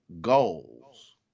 goals